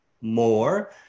more